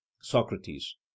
Socrates